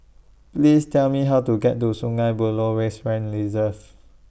Please Tell Me How to get to Sungei Buloh Wetland Reserve